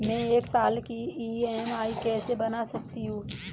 मैं एक साल की ई.एम.आई कैसे बना सकती हूँ?